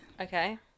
Okay